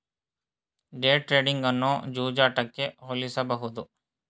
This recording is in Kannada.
ಡೇ ಟ್ರೇಡಿಂಗ್ ಅನ್ನು ಜೂಜಾಟಕ್ಕೆ ಹೋಲಿಸಬಹುದು